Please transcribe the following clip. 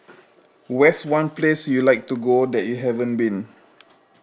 where's one place you like to go that you haven't been